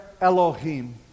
Elohim